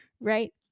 right